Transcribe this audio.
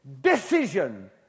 decision